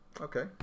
Okay